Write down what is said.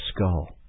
skull